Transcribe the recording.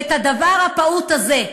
ואת הדבר הפעוט הזה,